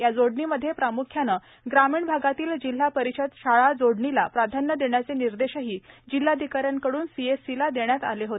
या जोडणीमध्ये प्रामुख्याने ग्रामीण भागातील जिल्हा परिषद शाळा जोडणीला प्राधान्य देण्याचे निर्देशही जिल्हाधिकाऱ्यांकडून सी एस सी ला देण्यात आले होते